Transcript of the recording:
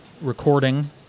recording